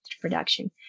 production